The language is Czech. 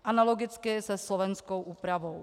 Analogicky se slovenskou úpravou.